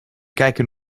kijken